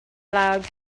loud